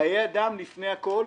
חיי אדם לפני הכול,